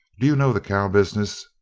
do you know the cow business?